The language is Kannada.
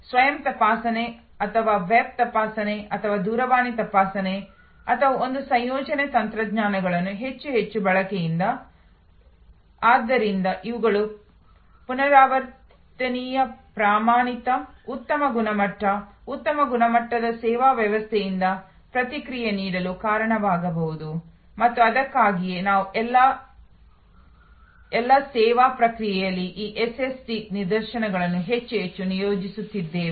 ಸ್ವಯಂತಪಾಸಣೆ ಅಥವಾ ವೆಬ್ ತಪಾಸಣೆ ಅಥವಾ ದೂರವಾಣಿ ತಪಾಸಣೆ ಅಥವಾ ಒಂದು ಸಂಯೋಜನೆ ತಂತ್ರಜ್ಞಾನಗಳನ್ನು ಹೆಚ್ಚು ಹೆಚ್ಚು ಬಳಕೆಯಿಂದ ಆದ್ದರಿಂದ ಇವುಗಳು ಪುನರಾವರ್ತನೀಯ ಪ್ರಮಾಣಿತ ಉತ್ತಮ ಗುಣಮಟ್ಟ ಉತ್ತಮ ಗುಣಮಟ್ಟದ ಸೇವಾ ವ್ಯವಸ್ಥೆಯಿಂದ ಪ್ರತಿಕ್ರಿಯೆ ನೀಡಲು ಕಾರಣವಾಗಬಹುದು ಮತ್ತು ಅದಕ್ಕಾಗಿಯೇ ನಾವು ಎಲ್ಲಾ ಎಲ್ಲ ಸೇವಾ ಪ್ರಕ್ರಿಯೆಗಳಲ್ಲಿ ಈ ಎಸ್ಎಸ್ಟಿ ನಿದರ್ಶನಗಳನ್ನು ಹೆಚ್ಚು ಹೆಚ್ಚು ನಿಯೋಜಿಸುತ್ತಿದ್ದೇವೆ